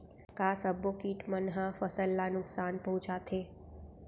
का सब्बो किट मन ह फसल ला नुकसान पहुंचाथे?